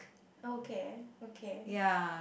okay okay